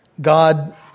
God